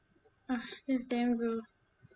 that's damn gross